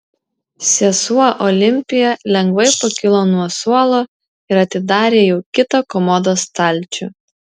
sesuo olimpija lengvai pakilo nuo suolo ir atidarė jau kitą komodos stalčių